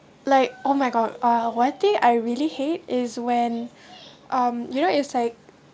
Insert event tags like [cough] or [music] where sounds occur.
like oh my god uh one thing I really hate is when [breath] um you know it's like